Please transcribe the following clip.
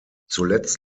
zuletzt